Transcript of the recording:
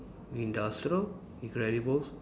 industrial incredibles